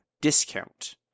discount